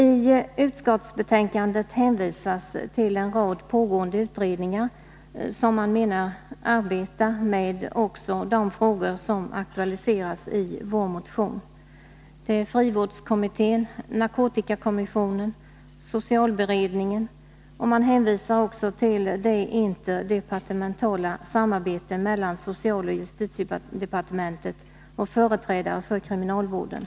I utskottsbetänkandet hänvisas till en rad pågående utredningar som man menar arbetar med också de frågor som aktualiseras i vår motion, nämligen frivårdskommittén, narkotikakommissionen och socialberedningen. Man Nr 124 hänvisar också till det interdepartementala samarbete som bedrivs mellan Onsdagen den socialoch justitiedepartementen och företrädare för kriminalvården.